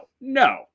no